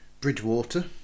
Bridgewater